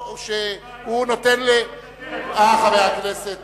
חבר הכנסת